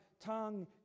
tongue